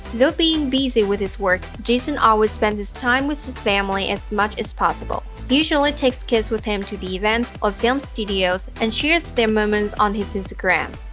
though being busy with his work, jason always spends his time with his family as much as possible. he usually takes kids with him to the events, or film studio and shares their moments on his instagram.